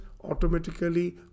automatically